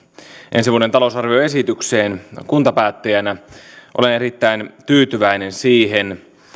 ensi vuoden talousarvioesitykseen kuntapäättäjänä olen erittäin tyytyväinen siihen